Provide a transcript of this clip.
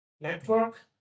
Network